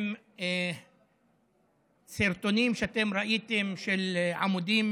עם סרטונים שאתם ראיתם, של עמודים